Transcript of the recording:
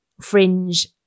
fringe